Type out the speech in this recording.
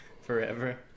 forever